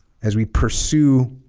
as we pursue